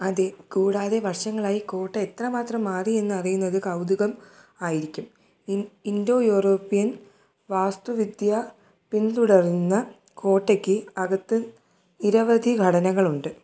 അതെ കൂടാതെ വർഷങ്ങളായി കോട്ട എത്രമാത്രം മാറിയെന്ന് അറിയുന്നത് കൗതുകം ആയിരിക്കും ഇന്തോ യൂറോപ്യൻ വാസ്തുവിദ്യ പിന്തുടരുന്ന കോട്ടയ്ക്ക് അകത്ത് നിരവധി ഘടനകളുണ്ട്